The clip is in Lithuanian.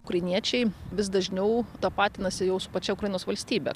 ukrainiečiai vis dažniau tapatinasi jau su pačia ukrainos valstybe